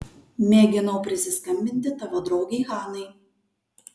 mėginau prisiskambinti tavo draugei hanai